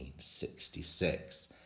1966